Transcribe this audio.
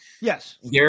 Yes